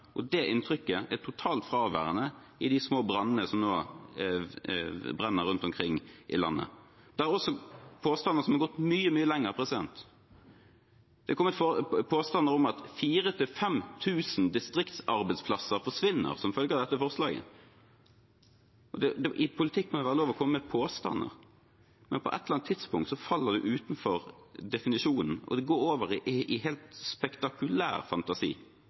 Det inntrykket er totalt fraværende i de små brannene som nå brenner rundt omkring i landet. Det er også påstander som har gått mye, mye lenger. Det er kommet påstander om at 4 000–5 000 distriktsarbeidsplasser forsvinner som følge av dette forslaget. I politikk må det være lov å komme med påstander, men på et eller annet tidspunkt faller det utenfor definisjonen og går over i helt spektakulær fantasi.